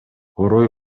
орой